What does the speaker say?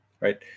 right